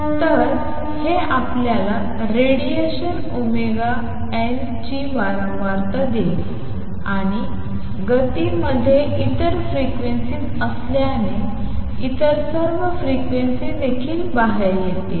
तर हे आपल्याला रेडिएशन ओमेगा एन ची वारंवारता देईल आणि गतीमध्ये इतर फ्रिक्वेन्सीज असल्याने इतर सर्व फ्रिक्वेन्सी देखील बाहेर येतील